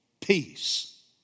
peace